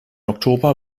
oktober